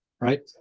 right